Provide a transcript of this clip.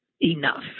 enough